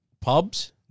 pubs